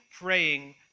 praying